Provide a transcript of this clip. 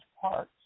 parts